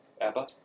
Abba